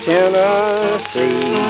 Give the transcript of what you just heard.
Tennessee